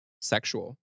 sexual